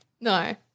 No